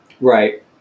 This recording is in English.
Right